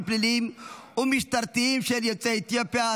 פליליים ומשטרתיים של יוצאי אתיופיה,